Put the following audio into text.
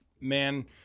man